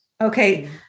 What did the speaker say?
Okay